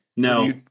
no